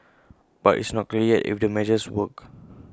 but it's not clear yet if the measures work